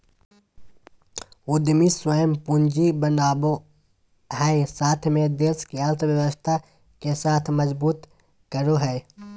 उद्यमी स्वयं पूंजी बनावो हइ साथ में देश के अर्थव्यवस्था के भी मजबूत करो हइ